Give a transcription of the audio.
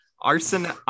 arson